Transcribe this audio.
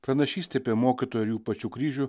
pranašystė apie mokytojo ir jų pačių kryžių